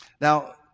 Now